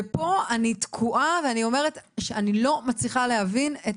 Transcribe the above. ופה אני תקועה ואני אומרת שאני לא מצליחה להבין את